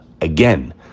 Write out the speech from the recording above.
Again